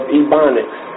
ebonics